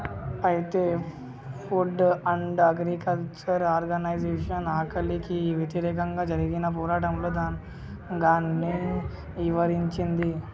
అయితే food and agriculture organisation ఆకలికి వ్యతిరేకంగా జరిగిన పోరాటంలో గాన్ని ఇవరించింది